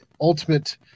ultimate